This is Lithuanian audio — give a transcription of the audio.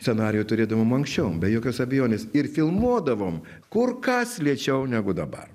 scenarijų turėdavom anksčiau be jokios abejonės ir filmuodavom kur kas lėčiau negu dabar